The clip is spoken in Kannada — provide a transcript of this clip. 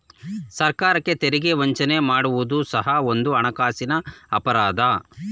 ಸರ್ಕಾರಕ್ಕೆ ತೆರಿಗೆ ವಂಚನೆ ಮಾಡುವುದು ಸಹ ಒಂದು ಹಣಕಾಸಿನ ಅಪರಾಧ